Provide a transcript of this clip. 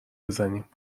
بزنیم